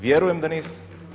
Vjerujem da niste.